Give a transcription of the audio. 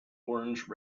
orange